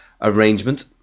arrangement